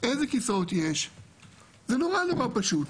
זה נורא פשוט.